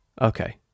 Okay